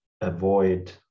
avoid